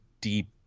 deep